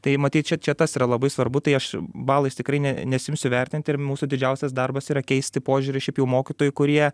tai matyt čia čia tas yra labai svarbu tai aš balais tikrai ne nesiimsiu vertint ir mūsų didžiausias darbas yra keisti požiūrį šiaip jau mokytojų kurie